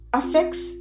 affects